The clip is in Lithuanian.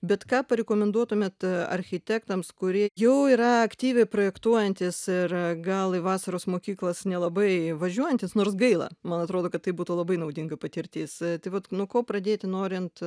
bet ką parekomenduotumėt architektams kurie jau yra aktyviai projektuojantys ir gal į vasaros mokyklas nelabai važiuojantys nors gaila man atrodo kad tai būtų labai naudinga patirtis tai vat nuo ko pradėti norint